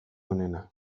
onena